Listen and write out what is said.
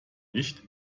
nicht